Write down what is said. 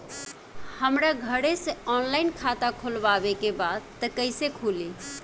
हमरा घरे से ऑनलाइन खाता खोलवावे के बा त कइसे खुली?